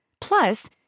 Plus